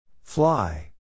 Fly